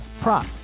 prop